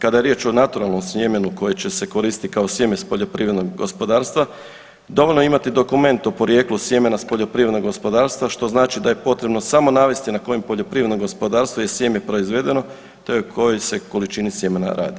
Kada je riječ o naturalnom sjemenu koje će se koristiti kao sjeme s poljoprivrednog gospodarstva dovoljno je imati dokument o porijeklu sjemena s poljoprivrednog gospodarstva što znači da je potrebno samo navesti na kojem poljoprivrednom gospodarstvu je sjeme proizvedeno te o kojoj se količini sjemena radi.